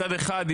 מצד אחד,